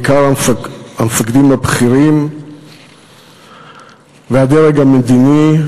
בעיקר המפקדים הבכירים והדרג המדיני,